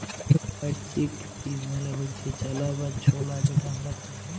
white chickpea মালে হচ্যে চালা বা ছলা যেটা হামরা খাই